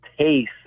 taste